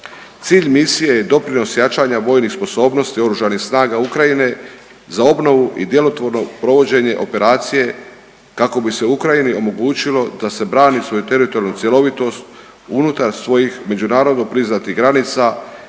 Cilj misije je doprinos jačanja vojnih sposobnosti Oružanih snaga Ukrajine za obnovu i djelotvorno provođenje operacije kako bi se Ukrajini omogućili da se brani svoju teritorijalnu cjelovitost unutar svojih međunarodno priznatih granica,